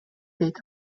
дейт